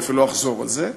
אני אפילו לא אחזור על זה,